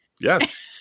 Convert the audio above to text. Yes